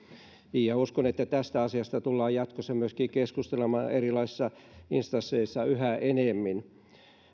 uskon että tästä asiasta tullaan myöskin jatkossa keskustelemaan erilaisissa instansseissa yhä enemmän